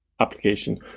application